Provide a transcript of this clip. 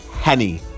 Henny